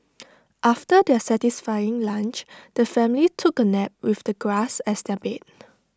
after their satisfying lunch the family took A nap with the grass as their bed